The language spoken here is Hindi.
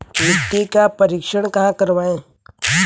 मिट्टी का परीक्षण कहाँ करवाएँ?